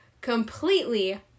completely